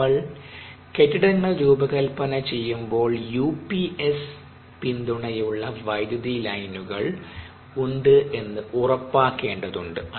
നമ്മൾ കെട്ടിടങ്ങൾ രൂപകൽപ്പന ചെയ്യുമ്പോൾ യുപിഎസ് പിന്തുണയുള്ള വൈദ്യുതി ലൈനുകൾ ഉണ്ട് എന്ന് ഉറപ്പാക്കേണ്ടതുണ്ട്